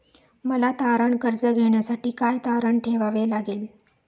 मला तारण कर्ज घेण्यासाठी काय तारण ठेवावे लागेल?